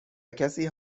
کسی